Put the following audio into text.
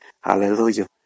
Hallelujah